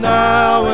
now